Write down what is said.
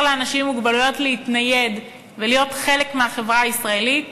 לאנשים עם מוגבלויות להתנייד ולהיות חלק מהחברה הישראלית,